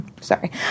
sorry